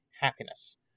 Happiness